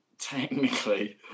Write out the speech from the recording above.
technically